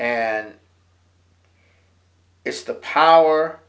and it's the power